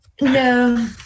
No